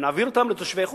אנחנו נעביר אותן לתושבי חוץ?